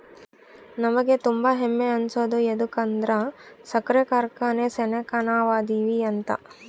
ನಮಿಗೆ ತುಂಬಾ ಹೆಮ್ಮೆ ಅನ್ಸೋದು ಯದುಕಂದ್ರ ಸಕ್ರೆ ಕಾರ್ಖಾನೆ ಸೆನೆಕ ನಾವದಿವಿ ಅಂತ